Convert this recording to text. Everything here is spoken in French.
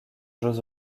jeux